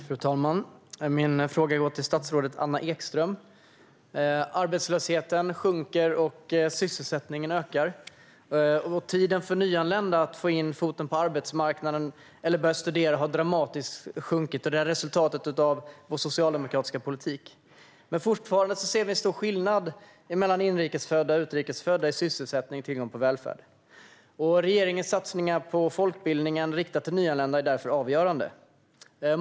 Fru talman! Min fråga går till statsrådet Anna Ekström. Arbetslösheten sjunker, och sysselsättningen ökar. Tiden för nyanlända att få in en fot på arbetsmarknaden eller börja studera har sjunkit dramatiskt. Det är resultat av vår socialdemokratiska politik. Men fortfarande ser vi stor skillnad mellan inrikesfödda och utrikesfödda i fråga om sysselsättning och tillgång till välfärd. Regeringens satsningar på folkbildningen riktade till nyanlända är därför avgörande.